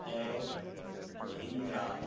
ford Mahindra